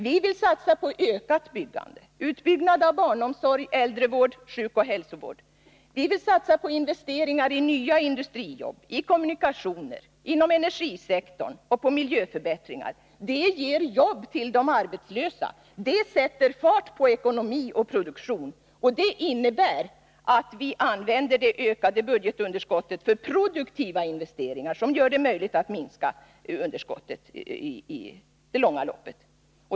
Vi vill satsa på ökat byggande, utbyggnad av barnomsorg, äldrevård, sjukoch hälsovård. Vi vill satsa på investeringar i nya industrijobb, i kommunikationer, inom energisektorn och på miljöförbättringar. Detta ger jobb för de arbetslösa och sätter fart på ekonomi och produktion. Det innebär att vi använder det ökade budgetunderskottet för produktiva investeringar som gör det möjligt att minska underskottet i det långa loppet.